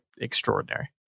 extraordinary